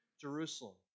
Jerusalem